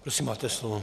Prosím, máte slovo.